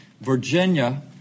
Virginia